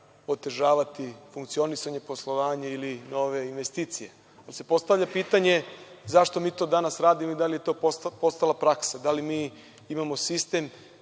otežavati funkcionisanje, poslovanje ili nove investicije. Pa se postavlja pitanje – zašto mi to danas radimo, da li je to postala praksa, da li mi imamo sistem